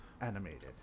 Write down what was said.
animated